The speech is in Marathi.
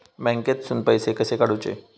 बँकेतून पैसे कसे काढूचे?